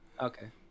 Okay